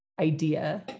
idea